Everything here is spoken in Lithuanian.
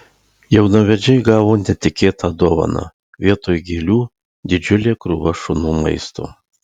jaunavedžiai gavo netikėtą dovaną vietoj gėlių didžiulė krūva šunų maisto